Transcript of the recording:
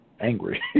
angry